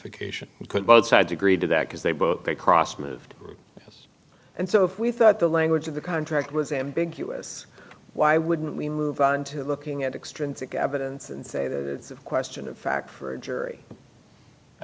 vacation we could both sides agree to that because they both they cross moved and so if we thought the language of the contract was ambiguous why wouldn't we move on to looking at extrinsic evidence and say that it's a question of fact for a jury i